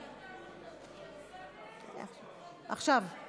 עכשיו.